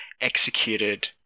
executed